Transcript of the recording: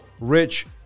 rich